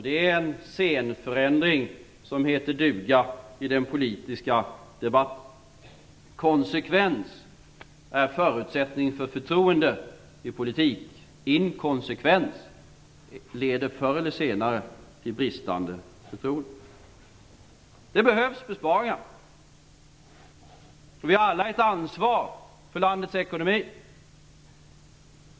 Det är en scenförändring som heter duga i den politiska debatten. Konsekvens är förutsättning för förtroende i politik. Inkonsekvens leder förr eller snarare till bristande förtroende. Det behövs besparingar. Vi har alla ett ansvar för landets ekonomi.